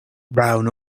brown